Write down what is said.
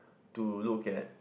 to look at